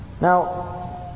now